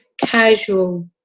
casual